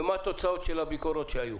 ומה התוצאות של הביקורות שהיו.